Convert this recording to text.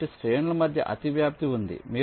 కాబట్టి శ్రేణుల మధ్య అతివ్యాప్తి ఉంది